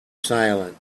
silent